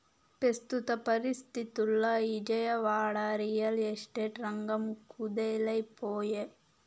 పెస్తుత పరిస్తితుల్ల Vijayawada, real estate రంగం కుదేలై పాయె